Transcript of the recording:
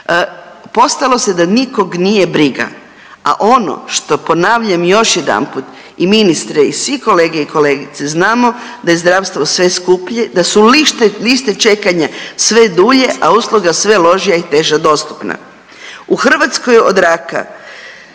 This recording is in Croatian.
Postalo se da nikog nije briga, a ono što ponavljam još jedanput i ministre i svi kolege i kolegice znamo da je zdravstvo sve skuplje, da su liste čekanja sve dulje, a usluga sve lošija i teže dostupna. U Hrvatskoj od raka